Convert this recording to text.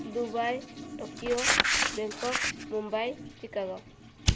Dubai Tokyo Bangkok Mumbai Chicago